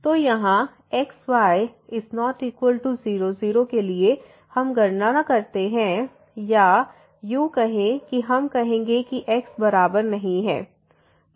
तो यहाँ x y≠00 के लिए हम गणना करते हैं या यों कहें कि हम कहेंगे कि x बराबर नहीं है